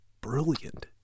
brilliant